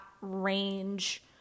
range